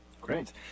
Great